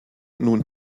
nun